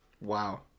Wow